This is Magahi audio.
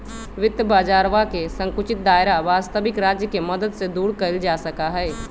वित्त बाजरवा के संकुचित दायरा वस्तबिक राज्य के मदद से दूर कइल जा सका हई